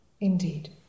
Indeed